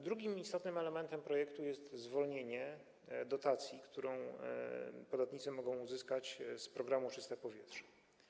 Drugim istotnym elementem projektu jest zwolnienie z podatku dotacji, którą podatnicy mogą uzyskać z programu „Czyste powietrze”